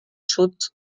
schutz